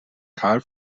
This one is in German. karl